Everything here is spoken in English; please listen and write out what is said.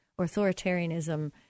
authoritarianism